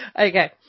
Okay